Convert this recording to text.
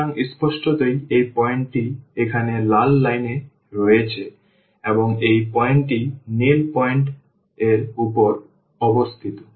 সুতরাং স্পষ্টতই এই পয়েন্টটি এখানে লাল লাইনে রয়েছে এবং এই পয়েন্টটি নীল পয়েন্ট এর উপর অবস্থিত